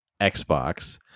Xbox